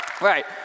Right